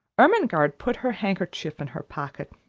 ermengarde put her handkerchief in her pocket.